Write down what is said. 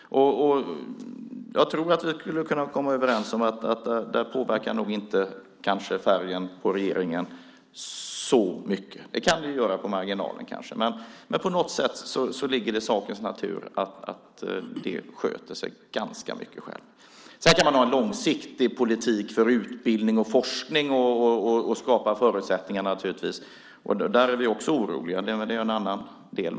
Jag tror att vi skulle kunna komma överens om att detta inte påverkas av färgen på regeringen så mycket. På marginalen kan det kanske göra det. Men på något sätt ligger det i sakens natur att det ganska mycket sköter sig av sig självt. Sedan kan man ha en långsiktig politik för utbildning och forskning och skapa förutsättningar för det. Där är vi också oroliga. Det är en annan del.